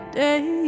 day